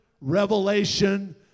revelation